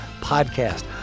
podcast